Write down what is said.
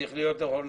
צריך להיות נוכחים,